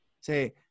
Say